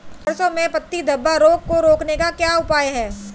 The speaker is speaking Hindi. सरसों में पत्ती धब्बा रोग को रोकने का क्या उपाय है?